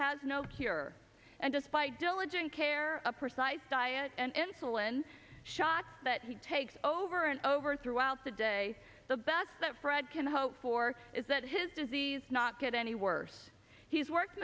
has no cure and despite diligent care a precise diet and insulin shots that he takes over and over throughout the day the best that fred can hope for is that his disease not get any worse he's worked